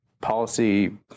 policy